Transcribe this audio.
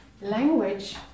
language